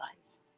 lives